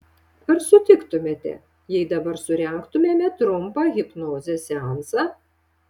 ar sutiktumėte jei dabar surengtumėme trumpą hipnozės seansą